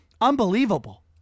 Unbelievable